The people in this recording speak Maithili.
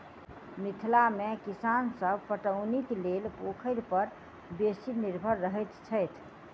मिथिला मे किसान सभ पटौनीक लेल पोखरि पर बेसी निर्भर रहैत छथि